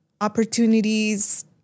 opportunities